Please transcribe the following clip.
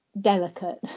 delicate